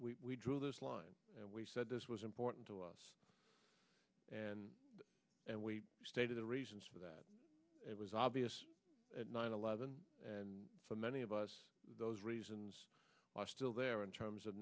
ew those lines and we said this was important to us and and we stated the reasons for that it was obvious at nine eleven and so many of us those reasons are still there in terms of